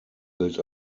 gilt